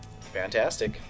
Fantastic